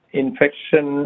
infection